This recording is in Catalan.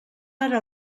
ara